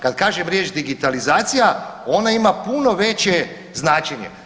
Kada kažem riječ digitalizacija ona ima puno veće značenje.